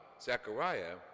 Zechariah